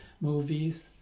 movies